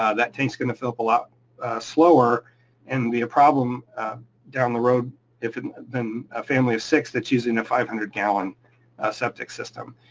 ah that tank's gonna fill up a lot slower and be a problem down the road if then a family of six that's using a five hundred gallon septic system.